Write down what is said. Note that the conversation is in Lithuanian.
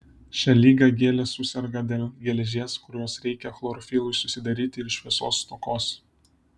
šia liga gėlės suserga dėl geležies kurios reikia chlorofilui susidaryti ir šviesos stokos